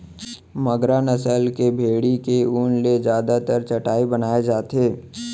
मगरा नसल के भेड़ी के ऊन ले जादातर चटाई बनाए जाथे